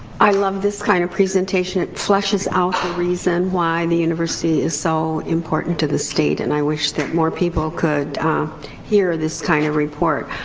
i love this kind of presentation. it fleshes out the reason why the university is so important to the state. and i wish that more people could hear this kind of report.